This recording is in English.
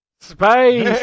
Space